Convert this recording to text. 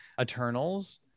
Eternals